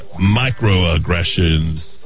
microaggressions